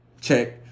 Check